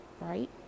right